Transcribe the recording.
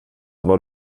vad